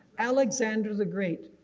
alexander the great.